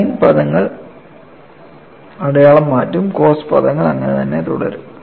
sign പദങ്ങൾ അടയാളം മാറ്റും കോസ് പദങ്ങൾ അങ്ങനെ തന്നെ തുടരും